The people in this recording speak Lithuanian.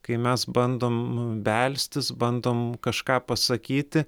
kai mes bandom belstis bandom kažką pasakyti